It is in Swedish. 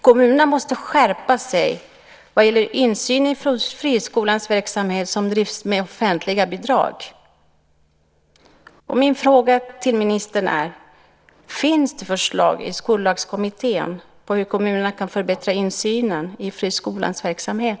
Kommunerna måste skärpa sig vad gäller insyn i friskolors verksamhet som bedrivs med offentliga bidrag. Min fråga till ministern är: Finns det förslag i Skollagskommittén om hur kommunerna kan förbättra insynen i friskolans verksamhet?